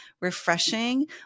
refreshing